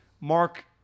Mark